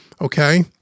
Okay